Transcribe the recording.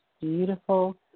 beautiful